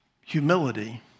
Humility